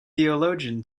theologian